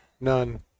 none